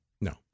No